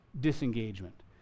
disengagement